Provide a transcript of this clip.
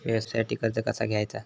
व्यवसायासाठी कर्ज कसा घ्यायचा?